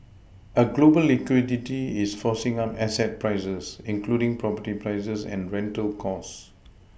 a global liquidity is forcing up asset prices including property prices and rental costs